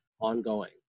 ongoing